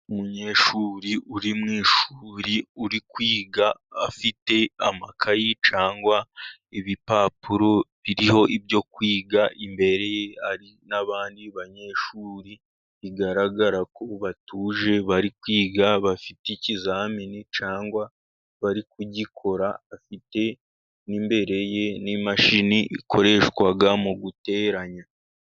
Umunyeshuri uri mu ishuri, uri kwiga afite amakayi cyangwa ibipapuro biriho ibyo kwiga imbere ye, ari n'abandi banyeshuri bigaragara ko batuje bari kwiga bafite ikizamini cyangwa bari kugikora, afite n'imbere ye n'imashini ikoreshwa mu guteranya.